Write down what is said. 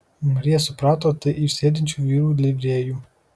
marija suprato tai iš sėdinčių vyrų livrėjų